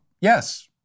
Yes